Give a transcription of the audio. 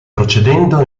procedendo